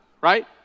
right